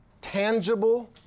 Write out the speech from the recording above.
tangible